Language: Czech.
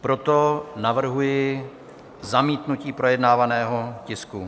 Proto navrhuji zamítnutí projednávaného tisku.